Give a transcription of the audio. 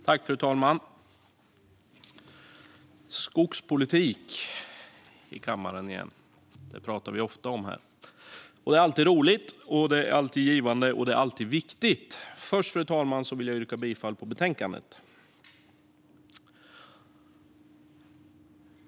Fru talman! Nu ska vi återigen prata om skogspolitik i kammaren. Det gör vi ofta, och det är alltid roligt, alltid givande och alltid viktigt. Först vill jag yrka bifall till utskottets förslag i betänkandet, fru talman.